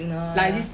signal !huh!